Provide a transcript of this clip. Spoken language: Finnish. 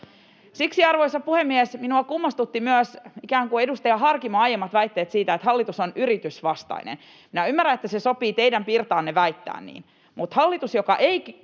Siksi, arvoisa puhemies, minua kummastuttivat myös edustaja Harkimon aiemmat väitteet siitä, että hallitus on yritysvastainen. Minä ymmärrän, että sopii teidän pirtaanne väittää niin, mutta hallitus, joka ei korota